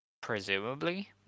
presumably